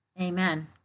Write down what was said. Amen